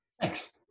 Thanks